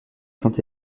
sainte